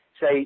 say